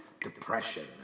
depression